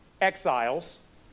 exiles